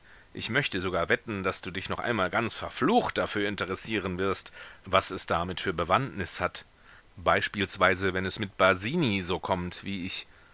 ich möchte sogar wetten daß du dich noch einmal ganz verflucht dafür interessieren wirst was es damit für bewandtnis hat beispielsweise wenn es mit basini so kommt wie ich